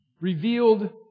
revealed